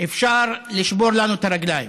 אפשר לשבור לנו את הרגליים,